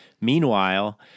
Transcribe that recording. Meanwhile